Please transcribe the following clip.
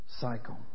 cycle